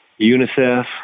UNICEF